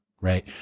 right